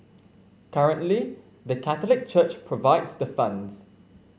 currently the Catholic Church provides the funds